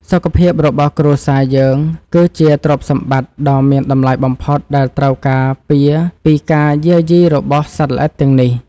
សុខភាពរបស់គ្រួសារយើងគឺជាទ្រព្យសម្បត្តិដ៏មានតម្លៃបំផុតដែលត្រូវការពារពីការយាយីរបស់សត្វល្អិតទាំងនេះ។